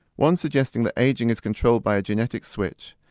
one suggesting that ageing is controlled by a genetic switch,